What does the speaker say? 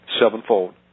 sevenfold